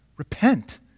Repent